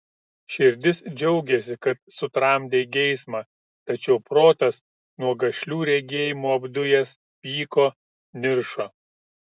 širdis džiaugėsi kad sutramdei geismą tačiau protas nuo gašlių regėjimų apdujęs pyko niršo